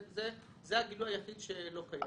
זה הגילוי היחיד שלא קיים.